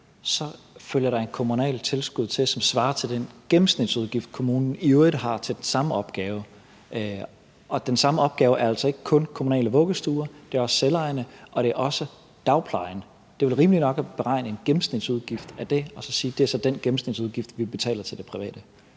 så følger et kommunalt tilskud med, som svarer til den gennemsnitsudgift, kommunen i øvrigt har til den samme opgave. Og den samme opgave dækker altså ikke kun kommunale vuggestuer. Den dækker også de selvejende og dagplejen. Det er vel rimeligt nok at beregne en gennemsnitsudgift af det og så sige, at det så er den gennemsnitsudgift, vi betaler til det private.